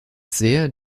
sehr